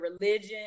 religion